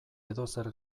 edozer